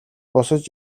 босож